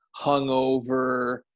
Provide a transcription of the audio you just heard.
hungover